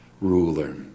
ruler